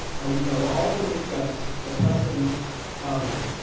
i will and will also discuss the precedent of